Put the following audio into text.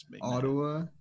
Ottawa